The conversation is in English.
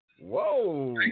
Whoa